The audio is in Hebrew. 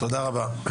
תודה רבה.